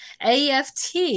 AFT